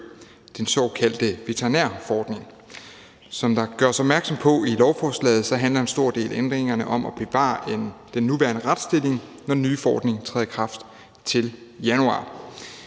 den såkaldte veterinærforordning. Som der gøres opmærksom på i lovforslaget, handler en stor del af ændringerne om at bevare den nuværende retsstilling, når den nye forordning træder i kraft til januar.